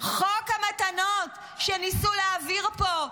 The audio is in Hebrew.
חוק המתנות שניסו להעביר פה,